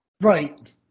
Right